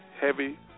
heavy